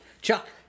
Chuck